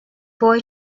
boy